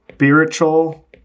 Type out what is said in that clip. Spiritual